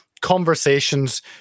conversations